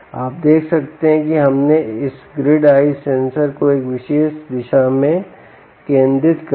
आप देख सकते हैं कि हम पहले इस ग्रिड आई सेंसर को एक विशेष दिशा में केंद्रित करते हैं